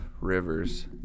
Rivers